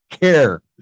care